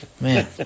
man